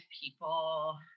people